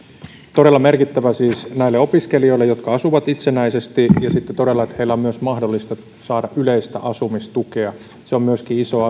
todella merkittävä siis näille opiskelijoille jotka asuvat itsenäisesti ja sitten todella se että heidän on myös mahdollista saada yleistä asumistukea on myöskin iso